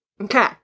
Okay